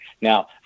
Now